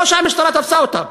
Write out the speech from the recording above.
לא שהמשטרה תפסה אותם.